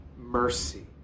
mercy